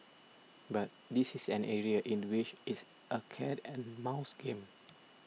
but this is an area in which it's a cat and mouse game